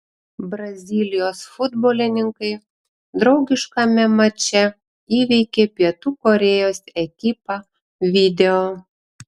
brazilijos futbolininkai draugiškame mače įveikė pietų korėjos ekipą video